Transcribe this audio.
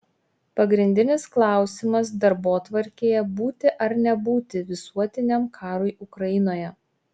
pagrindinis klausimas darbotvarkėje būti ar nebūti visuotiniam karui ukrainoje